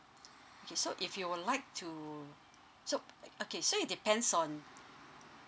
okay so if you would like to so okay so it depends on